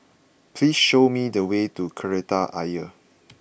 please show me the way to Kreta Ayer